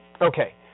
Okay